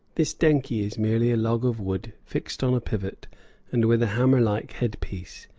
this denkhi is merely a log of wood fixed on a pivot and with a hammer-like head-piece.